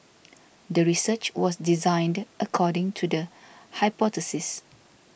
the research was designed according to the hypothesis